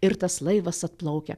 ir tas laivas atplaukia